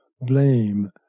blame